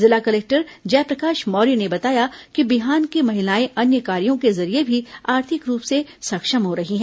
जिला कलेक्टर जयप्रकाश मौर्य ने बताया कि बिहान की महिलाएं अन्य कार्यो के जरिये भी आर्थिक रूप से सक्षम हो रही हैं